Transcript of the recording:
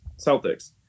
celtics